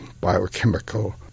biochemical